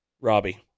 Robbie